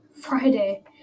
Friday